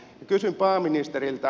kysyn pääministeriltä